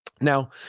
Now